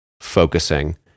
focusing